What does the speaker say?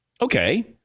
Okay